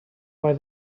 why